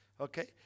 Okay